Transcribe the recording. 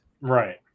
Right